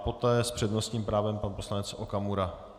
Poté s přednostním právem pan poslanec Okamura.